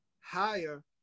higher